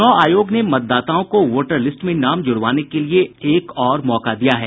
चूनाव आयोग ने मतदाताओं को वोटरलिस्ट में नाम जुड़वाने के लिए एक और मौका दिया है